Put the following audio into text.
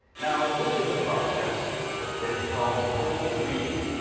now, this is a process that is called cold reading.